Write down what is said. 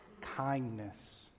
kindness